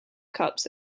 cups